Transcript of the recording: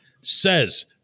says